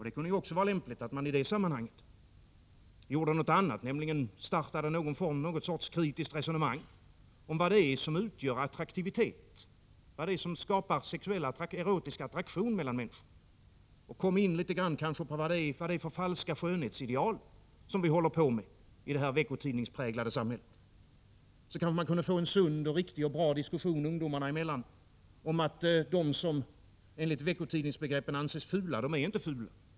Det kunde också vara lämpligt att man i det sammanhanget gjorde något annat, nämligen startade ett slags kritiskt resonemang om vad det är som utgör attraktivitet, vad det är som skapar erotisk attraktion mellan människor och kanske litet grand kom in på vad det är för falska skönhetsideal som råder i vårt veckotidningspräglade samhälle. Då kanske man kunde få en sund, riktig och bra diskussion ungdomarna emellan om att de som enligt veckotidningsbegreppen anses fula inte är fula.